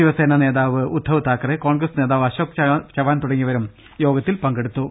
ശിവസേനാ നേതാവ് ഉദ്ധവ് താക്കറെ കോൺഗ്രസ് നേതാവ് അശോക് ചവാൻ തുടങ്ങിയവരും യോഗത്തിൽ പങ്കെടുത്തു